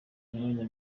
umwanya